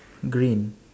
green